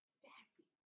sassy